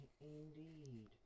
Indeed